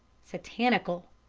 satanical.